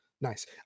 nice